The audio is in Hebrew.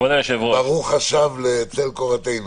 ברוך השב לצל קורתנו.